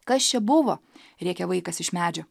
kas čia buvo rėkia vaikas iš medžio